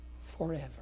forever